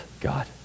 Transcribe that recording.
God